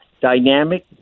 dynamic